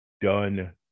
done